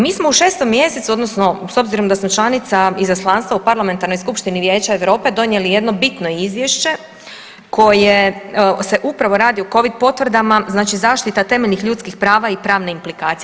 Mi smo u 6. mj., odnosno s obzirom da smo članica Izaslanstva u Parlamentarnog skupštini Vijeća Europe donijeli jedno bitno izvješće koje se upravo radi o Covid potvrdama, znači zaštita temeljnih ljudskih prava i pravne implikacije.